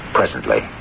presently